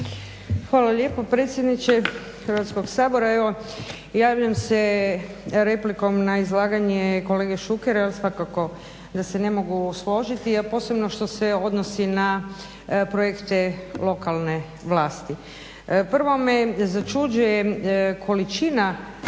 Hvala lijepo predsjedniče Hrvatskog sabora. Evo javljam se replikom na izlaganje kolege Šukera jer svakako da se ne mogu složiti, a posebno što se odnosi na projekte lokalne vlasti. Prvo me začuđuje količina